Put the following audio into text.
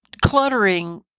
Cluttering